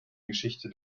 geschichte